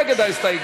מי נגד ההסתייגות?